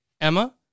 Emma